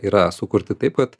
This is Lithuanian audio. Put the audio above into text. yra sukurti taip kad